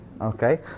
Okay